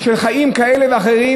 של חיים כאלה ואחרים,